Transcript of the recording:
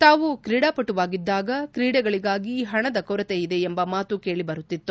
ತಾವು ಕ್ರೀಡಾಪಟುವಾಗಿದ್ಲಾಗ ಕ್ರೀಡೆಗಳಿಗಾಗಿ ಹಣದ ಕೊರತೆ ಇದೆ ಎಂಬ ಮಾತು ಕೇಳಿಬರುತ್ತಿತ್ತು